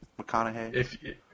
McConaughey